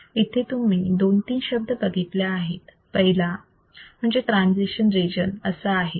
इथे तुम्ही दोन तीन शब्द बघीतले आहेत पहिला ट्रांजीशन रिजन असा आहे